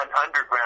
underground